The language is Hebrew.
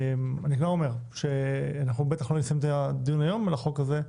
אני כבר אומר שאנחנו בטח לא נסיים את הדיון היום על החוק הזה,